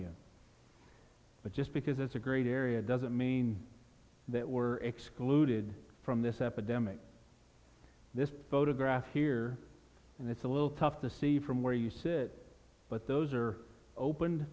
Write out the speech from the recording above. you but just because it's a great area doesn't mean that were excluded from this epidemic this photograph here and it's a little tough to see from where you sit but those are open